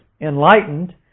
enlightened